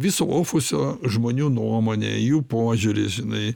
viso ofuso žmonių nuomonė jų požiūris žinai